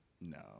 No